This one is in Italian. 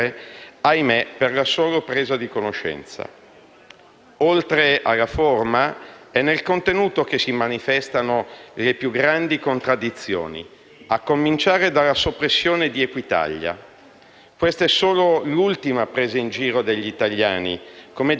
Questa è solo l'ultima presa in giro degli italiani, come già fatto con i proclami su Province e Senato. La soppressione cela solo una sua mera trasformazione da società a partecipazione pubblica ad ente pubblico economico,